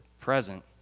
present